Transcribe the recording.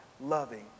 loving